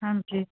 ਹਾਂਜੀ